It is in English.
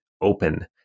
open